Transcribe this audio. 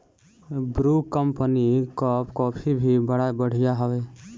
Bru company कअ coffee भी बड़ा बढ़िया हवे